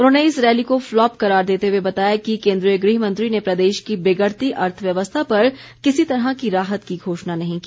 उन्होंने इस रैली को फ्लॉप करार देते हुए बताया कि केन्द्रीय गृह मंत्री ने प्रदेश की बिगड़ती अर्थव्यवस्था पर किसी तरह की राहत की घोषणा नहीं की